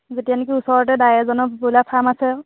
যেতিয়া নেকি ওচৰতে দাই এজনৰ ব্ৰইলাৰ ফাৰ্ম আছে